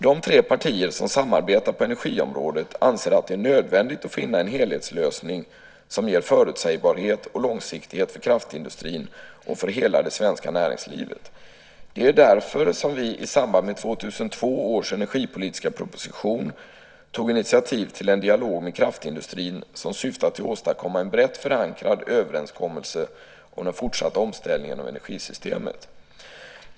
De tre partier som samarbetar på energiområdet anser att det är nödvändigt att finna en helhetslösning som ger förutsägbarhet och långsiktighet för kraftindustrin och för hela det svenska näringslivet. Det är därför vi i samband med 2002 års energipolitiska proposition tog initiativ till en dialog med kraftindustrin som syftar till att åstadkomma en brett förankrad överenskommelse om den fortsatta omställningen av energisystemet.